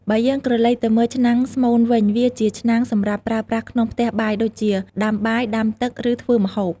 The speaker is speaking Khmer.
បើយើងក្រឡេកទៅមើលឆ្នាំងស្មូនវិញ វាជាឆ្នាំងសម្រាប់ប្រើប្រាស់ក្នុងផ្ទះបាយដូចជា ដាំបាយ ដាំទឹក ឬធ្វើម្ហូប។